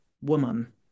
woman